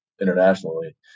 internationally